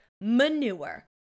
manure